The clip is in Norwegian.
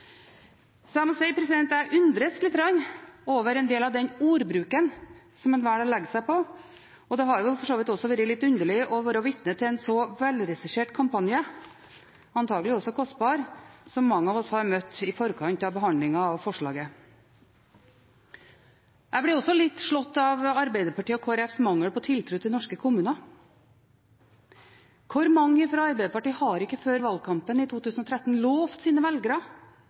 Så jeg må si at jeg undres lite grann over en del av den ordbruken som en velger å legge seg på, og det har for så vidt også vært litt underlig å være vitne til en så velregissert kampanje – antagelig også kostbar – som mange av oss har møtt i forkant av behandlingen av forslaget. Jeg blir også litt slått av Arbeiderpartiets og Kristelig Folkepartis mangel på tiltro til norske kommuner. Hvor mange fra Arbeiderpartiet lovte ikke sine velgere før valgkampen i 2013